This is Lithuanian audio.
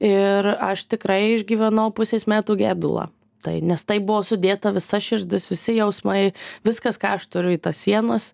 ir aš tikrai išgyvenau pusės metų gedulą tai nes tai buvo sudėta visa širdis visi jausmai viskas ką aš turiu į tas sienas